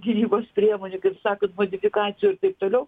gynybos priemonių kitaip sakant modifikacijų ir taip toliau